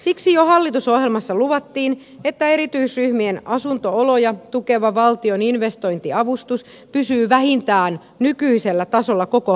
siksi jo hallitusohjelmassa luvattiin että erityisryhmien asunto oloja tukeva valtion investointiavustus pysyy vähintään nykyisellä tasolla koko hallituskauden ajan